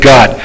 God